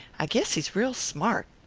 i guess he's real smart,